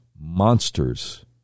monsters